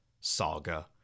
saga